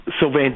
Sylvain